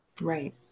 Right